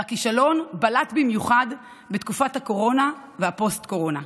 הכישלון בלט במיוחד בתקופת הקורונה והפוסט-קורונה.